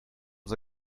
als